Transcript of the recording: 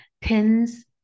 pins